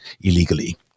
illegally